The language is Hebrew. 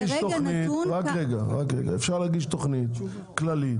אפשר להגיש תוכנית כללית,